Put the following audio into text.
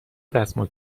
دستمال